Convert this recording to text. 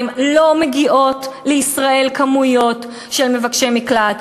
לא מגיעות לישראל כמויות של מבקשי מקלט.